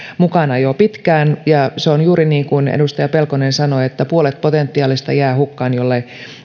mukana jo pitkään se on juuri niin kuin edustaja pelkonen sanoi että puolet potentiaalista menee hukkaan jollei